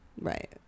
right